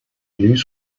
élus